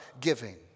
giving